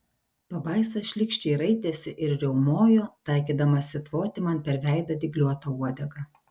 pabaisa šlykščiai raitėsi ir riaumojo taikydamasi tvoti man per veidą dygliuota uodega